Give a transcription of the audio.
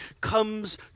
comes